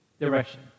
direction